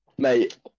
Mate